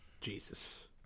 Jesus